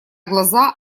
глаза